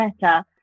better